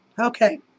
Okay